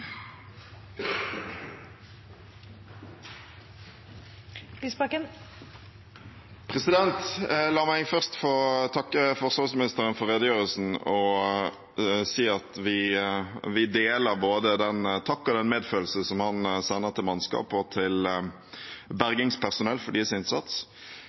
La meg først få takke forsvarsministeren for redegjørelsen og si at vi deler både den takk og den medfølelse som han sender til mannskap og til bergingspersonell for deres innsats.